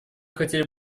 хотели